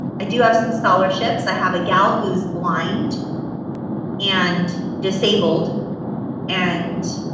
i do have some scholarships. i have a gal who's blind and disabled and